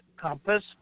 compass